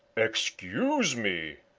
excuse me,